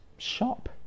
shop